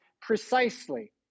precisely